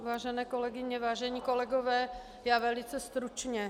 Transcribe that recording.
Vážené kolegyně, vážení kolegové, já velice stručně.